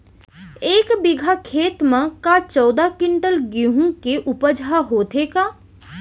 एक बीघा खेत म का चौदह क्विंटल गेहूँ के उपज ह होथे का?